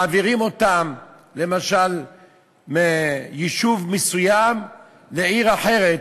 מעבירים אותם למשל מיישוב מסוים לעיר אחרת,